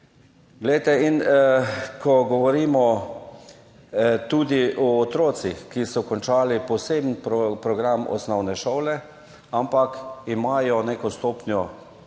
središčih. Govorimo tudi o otrocih, ki so končali poseben program osnovne šole, ampak imajo neko stopnjo